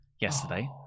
yesterday